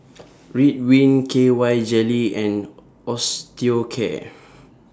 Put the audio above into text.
Ridwind K Y Jelly and Osteocare